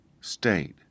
state